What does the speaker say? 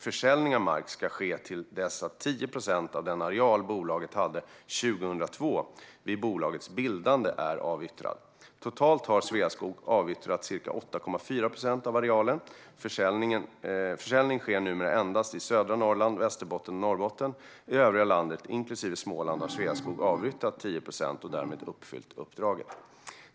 Försäljning av mark ska ske till dess att 10 procent av den areal bolaget hade 2002, vid bolagets bildande, är avyttrad. Totalt har Sveaskog avyttrat ca 8,4 procent av arealen. Försäljning sker numera endast i södra Norrland, Västerbotten och Norrbotten. I övriga landet, inklusive Småland, har Sveaskog avyttrat 10 procent och därmed uppfyllt uppdraget.